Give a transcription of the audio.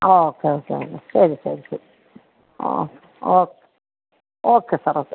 ആ okay okay okay ശരി ശരി ശരി ഓ ഓ ഓക്കെ സാർ ഓക്കെ